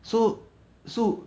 so so